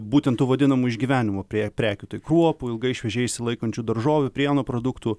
būtent tų vadinamų išgyvenimo pre prekių tai kruopų ilgai šviežiai išsilaikančių daržovių pieno produktų